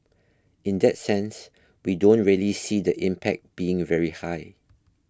in that sense we don't really see the impact being very high